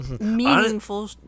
meaningful